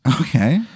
Okay